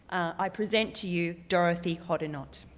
i present to you, dorothy hoddinott.